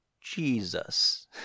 Jesus